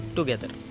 Together